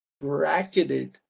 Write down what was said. bracketed